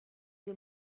you